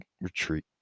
retreat